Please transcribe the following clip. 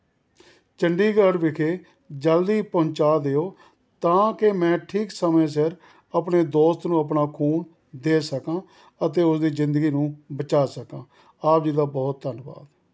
ਚੰਡੀਗੜ੍ਹ ਵਿਖੇ ਜਲਦੀ ਪਹੁੰਚਾ ਦਿਓ ਤਾਂ ਕਿ ਮੈਂ ਠੀਕ ਸਮੇਂ ਸਿਰ ਆਪਣੇ ਦੋਸਤ ਨੂੰ ਆਪਣਾ ਖੂਨ ਦੇ ਸਕਾਂ ਅਤੇ ਉਸ ਦੀ ਜ਼ਿੰਦਗੀ ਨੂੰ ਬਚਾਅ ਸਕਾਂ ਆਪ ਜੀ ਦਾ ਬਹੁਤ ਧੰਨਵਾਦ